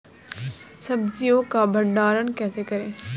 सब्जियों का भंडारण कैसे करें?